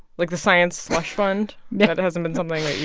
like, the science slush fund, that hasn't been something